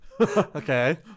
Okay